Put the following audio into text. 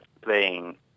playing